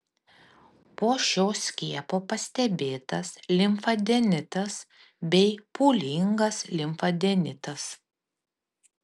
po šio skiepo pastebėtas limfadenitas bei pūlingas limfadenitas